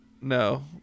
No